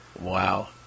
Wow